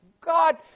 God